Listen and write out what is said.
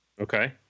Okay